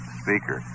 speaker